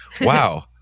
wow